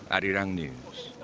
arriang news.